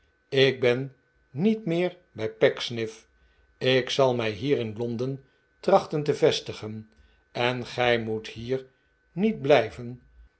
ik ben niet meer bij pecksniff ik zal mij hier in londen trachten te vestigen en gij moet hier niet blijven